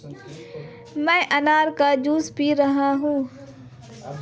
मैं अनार का जूस पी रहा हूँ